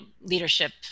leadership